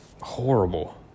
horrible